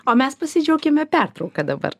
o mes pasidžiaugiame pertrauka dabar